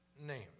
name